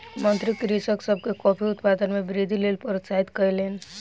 मंत्री कृषक सभ के कॉफ़ी उत्पादन मे वृद्धिक लेल प्रोत्साहित कयलैन